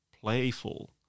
playful